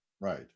Right